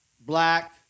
black